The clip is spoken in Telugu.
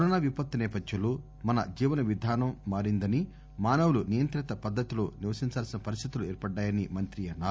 కరోనా విపత్తు నేపథ్యంలో మన జీవనవిధానం మారిందని మానవులు నియంత్రిత పద్దతిలో నివసించాల్సిన పరిస్థితులు ఏర్పడ్లాయని మంత్రి అన్నారు